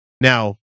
Now